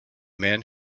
man